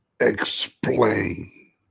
explain